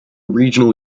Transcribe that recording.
regional